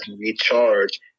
recharge